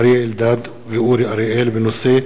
אריה אלדד ואורי אריאל בנושא: